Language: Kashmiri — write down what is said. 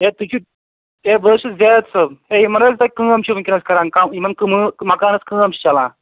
ہَے تُہۍ چھُو ہَے بہٕ حظ چھُس زٲہِد صٲب ہَے یِمَن حظ تُہۍ کٲم چھِو وُنکیٚنَس کران یِمَن مکانَس کٲم چھِ چلان